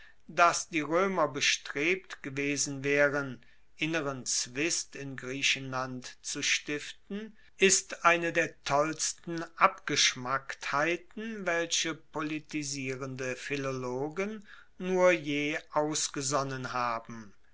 dass die roemer bestrebt gewesen waeren inneren zwist in griechenland zu stiften ist eine der tollsten abgeschmacktheiten welche politisierende philologen nur je ausgesonnen haben